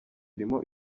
irimo